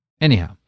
anyhow